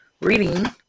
reading